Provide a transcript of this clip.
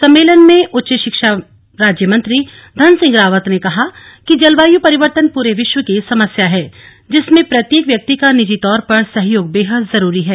सम्मेलन में उच्च शिक्षा राज्य मंत्री धन सिंह रावत ने कहा कि जलवायु परिवर्तन पूरे विश्व की समस्या है जिसमें प्रत्येक व्यक्ति का निजी तौर पर सहयोग बेहद जरूरी है